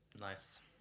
Nice